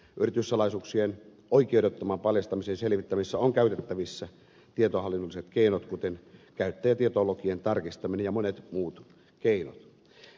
yrityssalaisuuksien oikeudettoman paljastamisen selvittämisessä on käytettävissä tietohallinnolliset keinot kuten käyttäjätietolokien tarkistaminen ja monet muut keinot